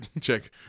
check